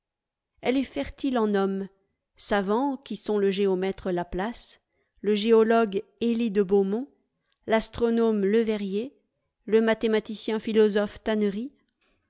elle est fertile en hommes savants qui sont le géomètre laplace le géologue elie de beaumont l'astronome le verrier le mathématicien philosophe tanncry